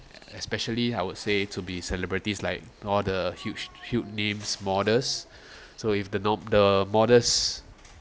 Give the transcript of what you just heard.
especially I would say to be celebrities like all the huge huge names models so if the mo~ models